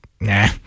Nah